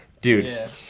dude